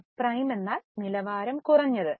subprime എന്നാൽ നിലവാരം കുറഞ്ഞത്